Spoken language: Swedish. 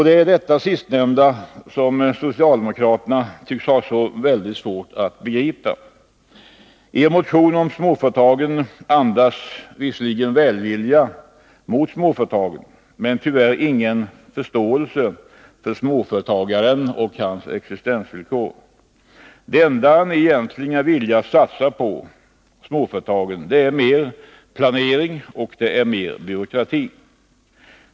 Det är detta sistnämnda som socialdemokraterna tycks ha så svårt att begripa. Er motion om småföretagen andas visserligen välvilja mot småföretagen, men tyvärr ingen förståelse för småföretagaren och hans existensvillkor. Det enda ni egentligen är villiga att satsa på småföretagen är mer planering och mer byråkrati.